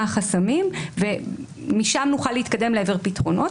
החסמים ומשם נוכל להתקדם לעבר פתרונות.